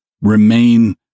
remain